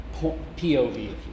pov